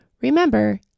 Remember